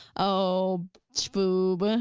oh shboob.